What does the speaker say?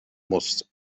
muss